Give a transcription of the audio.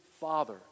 Father